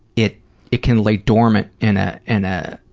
it it can lay dormant in a in ah